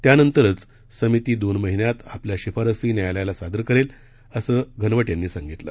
त्यानंतरच समिती दोन महिन्यात आपल्या शिफारशी न्यायालयाला सादर करेल असं अनिल घनवट यांनी सांगितलं